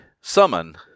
summon